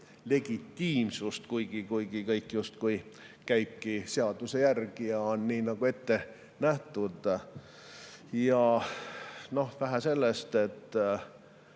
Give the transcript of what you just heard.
legitiimsust, kuigi kõik justkui käiks seaduse järgi, nii nagu ette nähtud. Ja vähe sellest, et